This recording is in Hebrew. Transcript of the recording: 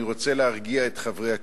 אני רוצה להרגיע את חברי הכנסת,